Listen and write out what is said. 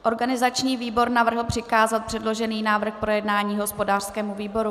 Organizační výbor navrhl přikázat předložený návrh k projednání hospodářskému výboru.